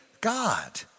God